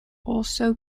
also